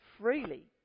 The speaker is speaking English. freely